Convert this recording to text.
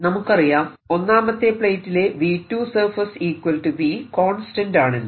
നമുക്കറിയാം ഒന്നാമത്തെ പ്ലേറ്റിലെ V2 surface V കോൺസ്റ്റന്റ് ആണെന്ന്